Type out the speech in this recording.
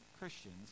Christians